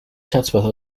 chatsworth